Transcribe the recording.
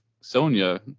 Sonya